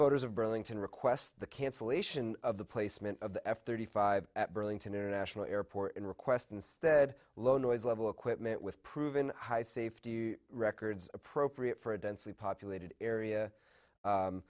voters of burlington request the cancellation of the placement of the f thirty five at burlington international airport and request instead low noise level equipment with proven high safety records appropriate for a densely populated area